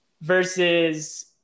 versus